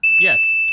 Yes